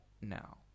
now